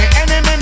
enemy